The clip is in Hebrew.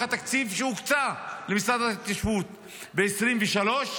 התקציב שהוקצה למשרד ההתיישבות ב-2023,